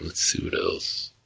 let's see, what else?